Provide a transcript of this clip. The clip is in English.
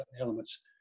elements